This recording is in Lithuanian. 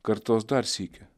kartos dar sykį